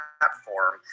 platform